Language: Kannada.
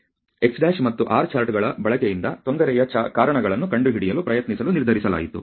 x' ಮತ್ತು R ಚಾರ್ಟ್ಗಳ ಬಳಕೆಯಿಂದ ತೊಂದರೆಯ ಕಾರಣಗಳನ್ನು ಕಂಡುಹಿಡಿಯಲು ಪ್ರಯತ್ನಿಸಲು ನಿರ್ಧರಿಸಲಾಯಿತು